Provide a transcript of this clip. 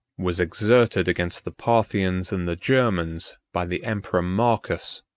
was exerted against the parthians and the germans by the emperor marcus.